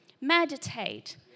Meditate